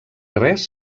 res